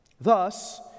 Thus